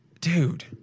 dude